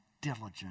diligent